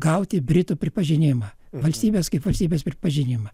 gauti britų pripažinimą valstybės kaip valstybės pripažinimą